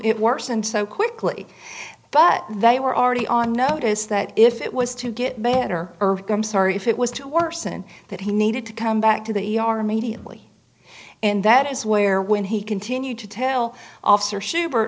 it worsened so quickly but they were already on notice that if it was to get better ergo i'm sorry if it was to worsen and that he needed to come back to the e r immediately and that is where when he continued to tell officer shuber